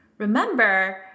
Remember